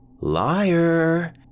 Liar